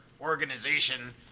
organization